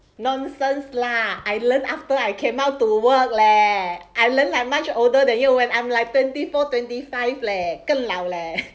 nonsense lah I learn after I came out to work leh I learned like much older than you and I'm like twenty four twenty five leh 更老 leh